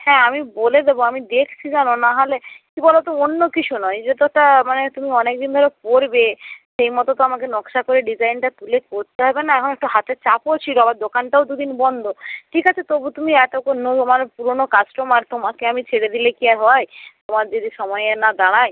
হ্যাঁ আমি বলে দেবো আমি দেখছি জানো নাহলে কী বলো তো অন্য কিছু নয় যেহেতু ওটা মানে তুমি অনেক দিন ধরে পরবে সেই মতো তো আমাকে নকশা করে ডিজাইনটা তুলে করতে হবে না এখন একটু হাতে চাপও ছিল আবার দোকানটাও দু দিন বন্ধ ঠিক আছে তবু তুমি এত তোমার পুরনো কাস্টমার তোমাকে আমি ছেড়ে দিলে কী আর হয় তোমার যদি সময়ে না দাঁড়াই